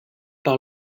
par